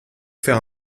faire